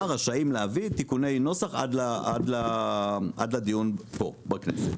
רשאים להביא תיקוני נוסח עד לדיון פה בכנסת.